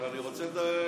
אבל אני רוצה להגיב.